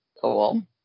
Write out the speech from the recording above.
Cool